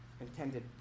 intended